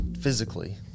physically